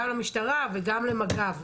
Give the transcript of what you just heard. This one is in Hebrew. גם למשטרה וגם למג"ב,